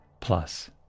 plus